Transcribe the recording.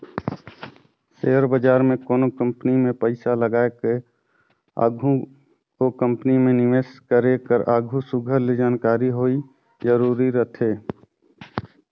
share बजार में कोनो कंपनी में पइसा लगाए कर आघु ओ कंपनी में निवेस करे कर आघु सुग्घर ले जानकारी होवई जरूरी रहथे